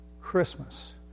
Christmas